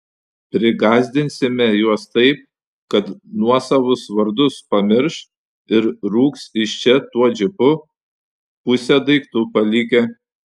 prigąsdinsime juos taip kad nuosavus vardus pamirš ir rūks iš čia tuo džipu pusę daiktų palikę